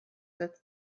that